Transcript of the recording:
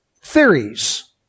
theories